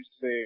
say